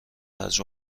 هرج